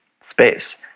space